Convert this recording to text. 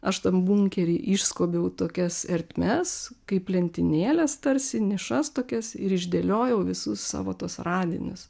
aš tam bunkery išskobiau tokias ertmes kaip lentynėles tarsi nišas tokias ir išdėliojau visus savo tuos radinius